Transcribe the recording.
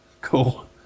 Cool